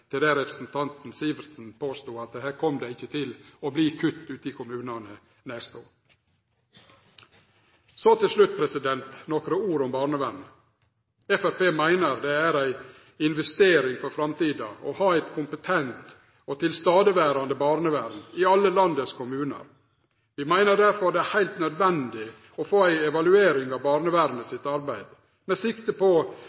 til det representanten Eirik Sivertsen påstod – at her kom det ikkje til å verte kutt ute i kommunane neste år. Så til slutt nokre ord om barnevernet. Framstegspartiet meiner det er ei investering for framtida å ha eit kompetent barnevern, eit barnevern som er til stades i alle landets kommunar. Vi meiner derfor det er heilt nødvendig å få ei evaluering av